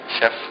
Chef